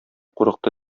курыкты